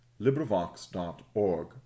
LibriVox.org